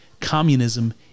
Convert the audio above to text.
Communism